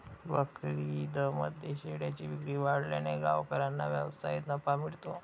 बकरीदमध्ये शेळ्यांची विक्री वाढल्याने गावकऱ्यांना व्यवसायात नफा मिळतो